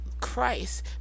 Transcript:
Christ